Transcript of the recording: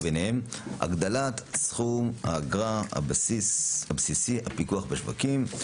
וביניהם: הגדלת סכום האגרה הבסיסי על פיקוח בשווקים,